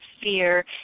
fear